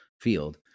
field